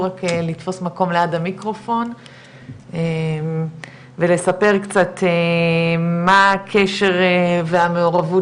רק לתפוס מקום ליד המיקרופון ולספר קצת מה הקשר והמעורבות